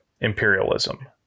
imperialism